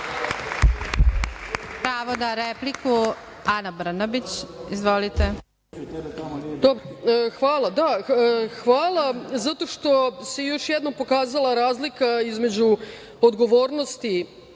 Pravo na repliku, Ana Brnabić. Izvolite. **Ana Brnabić** Hvala zato što se još jednom pokazala razlika između odgovornosti